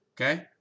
okay